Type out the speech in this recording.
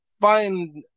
find